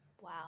Wow